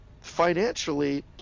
financially